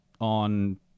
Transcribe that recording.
on